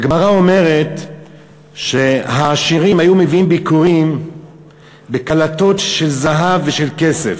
הגמרא אומרת שהעשירים היו מביאים ביכורים בקלתות של זהב ושל כסף.